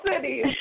City